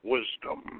Wisdom